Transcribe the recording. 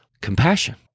compassion